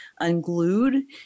unglued